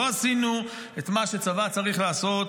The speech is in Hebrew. לא עשינו את מה שצבא צריך לעשות,